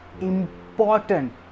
important